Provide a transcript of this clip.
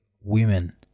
women